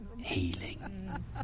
healing